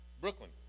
Brooklyn